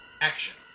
action